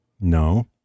No